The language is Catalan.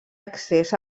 accés